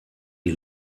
die